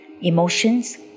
Emotions